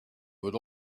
would